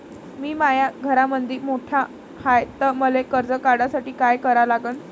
मी माया घरामंदी मोठा हाय त मले कर्ज काढासाठी काय करा लागन?